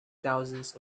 thousands